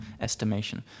estimation